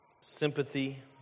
sympathy